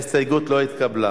ההסתייגות לא התקבלה.